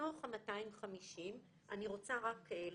מתוך ה-250 - אם אני משקפת,